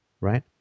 right